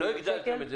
לא הגדלתם את זה